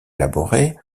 élaborés